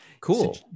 Cool